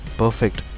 perfect